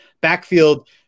backfield